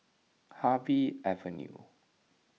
Harvey Avenue